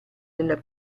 della